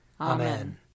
Amen